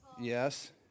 Yes